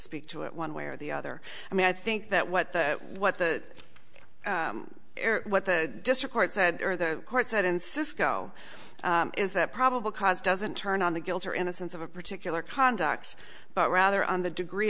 speak to it one way or the other i mean i think that what the what the what the district court said or the court said in cisco is that probable cause doesn't turn on the guilt or innocence of a particular conduct but rather on the degree